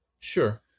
Sure